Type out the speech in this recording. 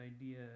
idea